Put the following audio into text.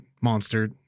monster